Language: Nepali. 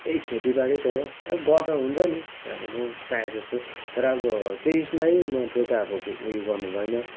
ए खेतीबारी त हो ए गर्दा हुन्छ नि प्रायः जस्तो तर अब त्यसमै म त्यो त अब उयो गर्नु भएन